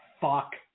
fuck